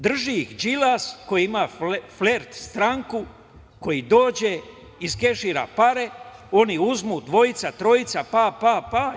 Drži ih Đilas koji ima flert stranku, koji dođe, iskešira pare, oni uzmu, dvojica, trojica, pa, pa, pa…